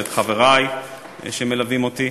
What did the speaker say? ואת חברי שמלווים אותי.